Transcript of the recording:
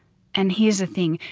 and here's the thing.